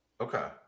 okay